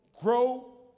grow